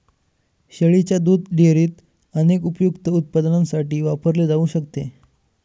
शेळीच्या दुध डेअरीत अनेक उपयुक्त उत्पादनांसाठी वापरले जाऊ शकते